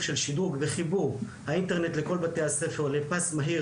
של שדרוג וחיבור האינטרנט לכל בתי הספר לפס מהיר